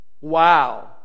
Wow